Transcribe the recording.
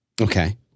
Okay